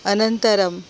अनन्तरं